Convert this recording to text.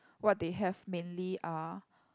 what they have mainly are